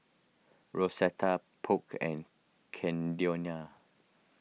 Rosetta Polk and Caldonia